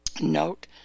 Note